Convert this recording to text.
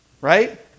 right